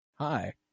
hi